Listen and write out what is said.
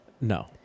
No